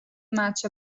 much